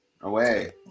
away